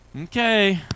okay